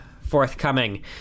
forthcoming